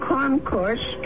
Concourse